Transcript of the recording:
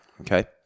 Okay